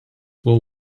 will